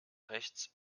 rechts